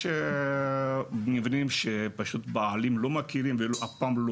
יש מבנים שבעלים לא מכירים אחד את השני ואף פעם לא